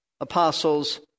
apostles